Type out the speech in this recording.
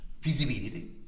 feasibility